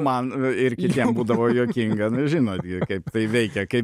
man ir kitiem būdavo juokinga nu žinot kaip tai veikia kaip